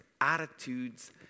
attitudes